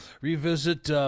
revisit